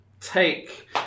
take